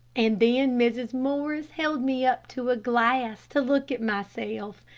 and then mrs. morris held me up to a glass to look at myself.